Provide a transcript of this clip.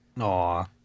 Aw